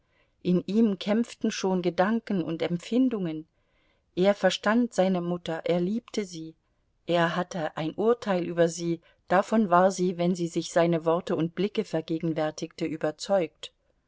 in ihm kämpften schon gedanken und empfindungen er verstand seine mutter er liebte sie er hatte ein urteil über sie davon war sie wenn sie sich seine worte und blicke vergegenwärtigte überzeugt